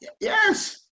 Yes